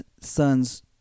sons